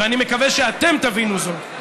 ואני מקווה שאתם תבינו זאת.